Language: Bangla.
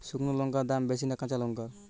শুক্নো লঙ্কার দাম বেশি না কাঁচা লঙ্কার?